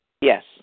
Yes